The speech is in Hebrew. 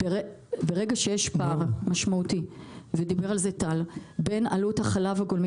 ברגע שיש פער משמעותי בין עלות החלב הגולמי